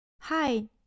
Hi